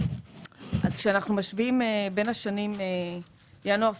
כשאנחנו משווים בין השנים ינואר-פברואר